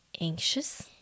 anxious